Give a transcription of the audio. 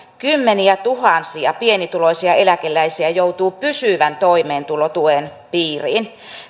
kymmeniätuhansia pienituloisia eläkeläisiä joutuu pysyvän toimeentulotuen piiriin